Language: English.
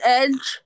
edge